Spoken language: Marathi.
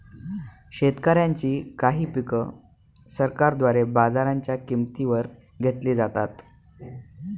शेतकऱ्यांची काही पिक सरकारद्वारे बाजाराच्या किंमती वर घेतली जातात